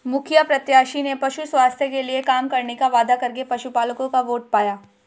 मुखिया प्रत्याशी ने पशु स्वास्थ्य के लिए काम करने का वादा करके पशुपलकों का वोट पाया